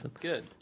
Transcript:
Good